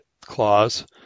clause